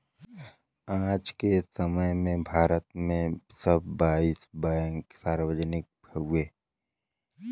आज के समय में भारत में सब बाईस बैंक सार्वजनिक बैंक हउवे